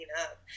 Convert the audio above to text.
up